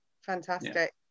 Fantastic